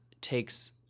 takes